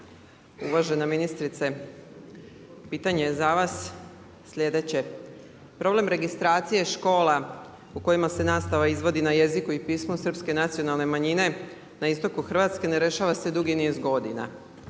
Uvažena ministrice pitanje je za vas sljedeće. Problem registracije škola u kojima se nastava izvodi na jeziku i pismu Srpske nacionalne manjine na istoku Hrvatske ne rešava se dugi niz godina.